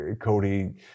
Cody